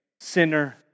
sinner